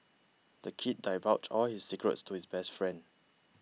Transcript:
the kid divulged all his secrets to his best friend